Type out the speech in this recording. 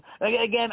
Again